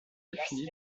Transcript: défini